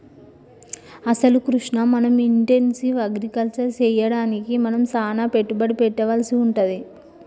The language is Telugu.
అసలు కృష్ణ మనం ఇంటెన్సివ్ అగ్రికల్చర్ సెయ్యడానికి మనం సానా పెట్టుబడి పెట్టవలసి వుంటది